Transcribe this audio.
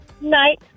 Night